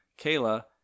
Kayla